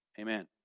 amen